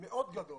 מאוד גדול,